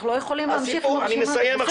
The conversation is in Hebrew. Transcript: אנחנו לא יכולים להמשיך עם הרשימה הזאת.